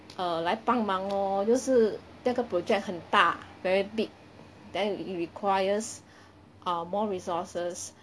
err 来帮忙哦就是那个 project 很大 very big then requires um more resources